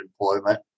employment